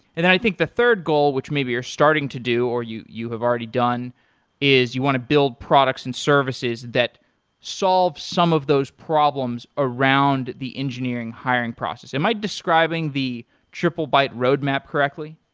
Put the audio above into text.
and i think the third goal which maybe you're starting to do or you you have already done is you want to build products and services that solve some of those problems around the engineering hiring process. am i describing the triplebyte roadmap correctly?